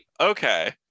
Okay